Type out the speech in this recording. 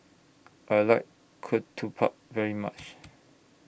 I like Ketupat very much